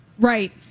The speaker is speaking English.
right